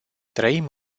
trăim